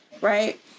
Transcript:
Right